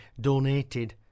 donated